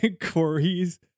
Corey's